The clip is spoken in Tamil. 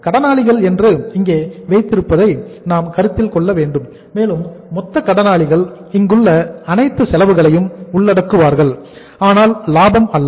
கடனாளிகள் என்று இங்கே வைத்திருப்பதை நாம் கருத்தில் கொள்ள வேண்டும் மேலும் மொத்த கடனாளிகள் இங்குள்ள அனைத்து செலவுகளையும் உள்ளடக்குவார்கள் ஆனால் லாபம் அல்ல